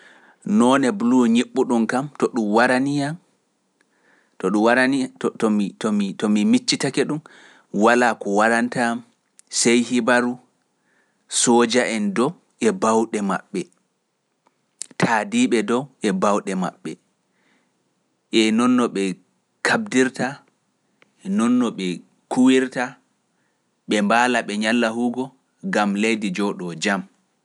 Noone ɓuluu ñiɓɓu ɗum kam to ɗum warani yaa, to ɗum warani yaa, to mi miccitake ɗum, walaa ko waranta sey hibaru sooja en dow e baawɗe maɓɓe, taadiiɓe dow e baawɗe maɓɓe, e noon no ɓe kaɓdirta, noon no ɓe kuwirta, ɓe mbaala ɓe ñalla huugo, gam leydi jooɗo jam.